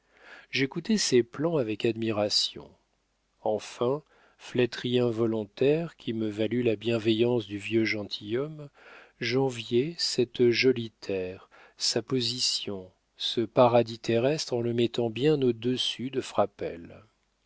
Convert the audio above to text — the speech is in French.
j'écoutais ses plans avec admiration enfin flatterie involontaire qui me valut la bienveillance du vieux gentilhomme j'enviais cette jolie terre sa position ce paradis terrestre en le mettant bien au-dessus de frapesle